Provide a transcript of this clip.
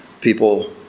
people